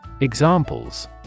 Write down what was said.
Examples